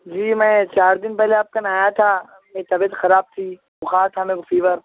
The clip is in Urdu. جی میں چار دن پہلے آپ کن آیا تھا میری طبیعت خراب تھی بخار تھا میرے کو فیور